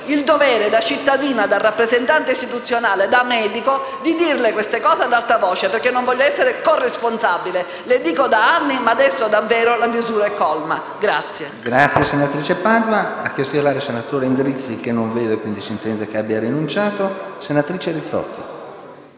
in dovere, da cittadina, da rappresentante istituzionale, da medico, di dire queste cose ad alta voce perché non voglio essere corresponsabile. Lo ripeto da anni ma adesso davvero la misura è colma.